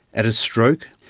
at a stroke,